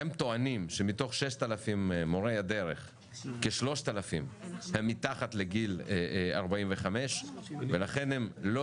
הם טוענים שמתוך 6,000 מורי הדרך כ-3,000 הם מתחת לגיל 45 ולכן הם לא